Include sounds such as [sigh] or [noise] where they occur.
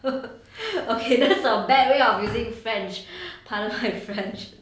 [laughs] okay then that's a bad way of using french part of french